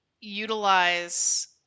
utilize